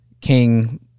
king